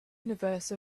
universe